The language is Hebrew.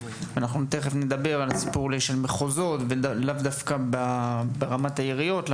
ואנחנו תיכף נדבר על הסיפור של מחוזות לאו דווקא ברמת העיריות.